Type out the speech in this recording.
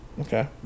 Okay